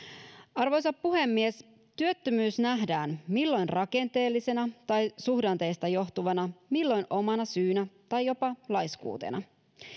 arvoisa puhemies työttömyys nähdään milloin rakenteellisena tai suhdanteista johtuvana milloin omana syynä tai jopa laiskuutena